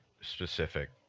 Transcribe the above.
specific